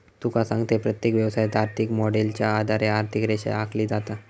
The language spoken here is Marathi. तुका सांगतंय, प्रत्येक व्यवसायात, आर्थिक मॉडेलच्या आधारे आर्थिक रेषा आखली जाता